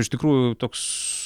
iš tikrųjų toks